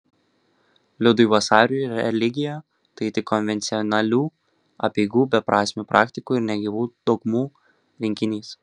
liudui vasariui religija tai tik konvencionalių apeigų beprasmių praktikų ir negyvų dogmų rinkinys